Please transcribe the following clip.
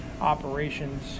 operations